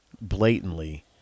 blatantly